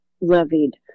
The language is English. levied